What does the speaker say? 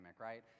right